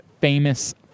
Famous